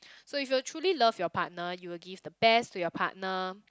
so if you truly love your partner you will give the best to your partner